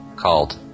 called